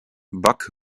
buck